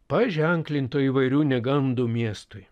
paženklinto įvairių negandų miestui